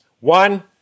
One